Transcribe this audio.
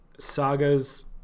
Sagas